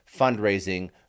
fundraising